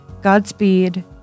Godspeed